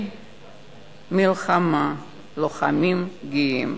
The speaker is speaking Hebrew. לוחמים גאים.